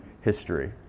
history